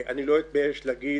אני לא אתבייש להגיד